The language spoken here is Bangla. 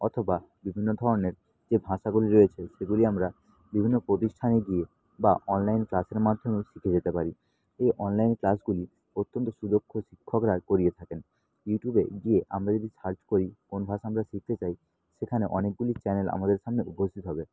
অথবা বিভিন্ন ধরনের যে ভাষাগুলি রয়েছে সেগুলি আমরা বিভিন্ন প্রতিষ্ঠানে গিয়ে বা অনলাইন ক্লাসের মাধ্যমেও শিখে যেতে পারি এই অনলাইন ক্লাসগুলি অত্যন্ত সুদক্ষ শিক্ষকরা করিয়ে থাকেন ইউটিউবে গিয়ে আমরা যদি সার্চ করি কোন ভাষা আমরা শিখতে চাই সেখানে অনেকগুলি চ্যানেল আমাদের সামনে উপস্থিত হবে